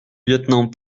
lieutenant